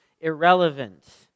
irrelevant